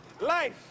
Life